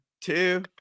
two